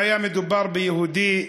אם היה מדובר ביהודי,